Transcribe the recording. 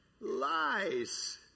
lies